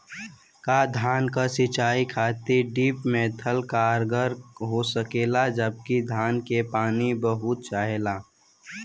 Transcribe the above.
का धान क सिंचाई खातिर ड्रिप मेथड कारगर हो सकेला जबकि धान के पानी बहुत चाहेला?